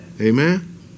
Amen